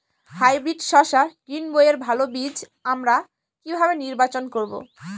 Hybrid শসা গ্রীনবইয়ের ভালো বীজ আমরা কিভাবে নির্বাচন করব?